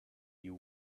you